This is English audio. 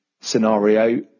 scenario